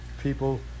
people